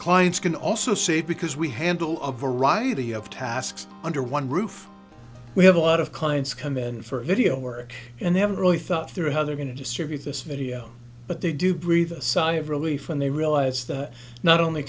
clients can also say because we handle a variety of tasks under one roof we have a lot of clients come in for video work and they haven't really thought through how they're going to distribute this video but they do breathe a sigh of relief when they realize that not only